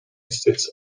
sits